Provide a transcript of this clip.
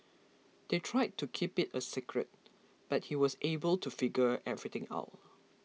they tried to keep it a secret but he was able to figure everything out